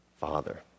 Father